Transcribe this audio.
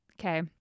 okay